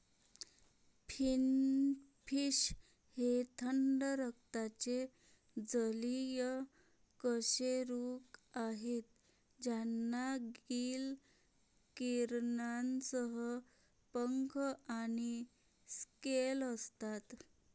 finfish हे थंड रक्ताचे जलीय कशेरुक आहेत ज्यांना गिल किरणांसह पंख आणि स्केल असतात